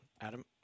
Adam